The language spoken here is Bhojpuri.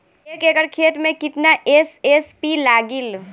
एक एकड़ खेत मे कितना एस.एस.पी लागिल?